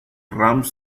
rams